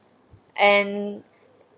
and